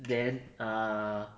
then err